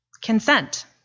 consent